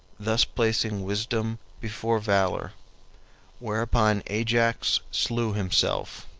thus placing wisdom before valor whereupon ajax slew himself.